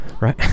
right